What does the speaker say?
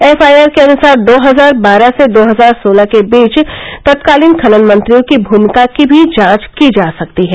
FIR के अनुसार दो हजार बारह से दो हजार सोलह के दौरान तत्कालीन खनन मंत्रियों की भूमिका की भी जांच की जा सकती है